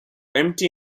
empty